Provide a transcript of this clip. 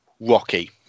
Rocky